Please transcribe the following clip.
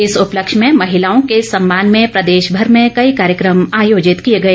इस उपलक्ष्य में महिलाओं के सम्मान में प्रदेशभर में कई कार्यक्रम आयोजित किए गए